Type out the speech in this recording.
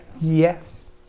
Yes